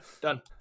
Done